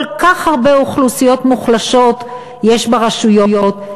כל כך הרבה אוכלוסיות מוחלשות יש ברשויות,